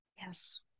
Yes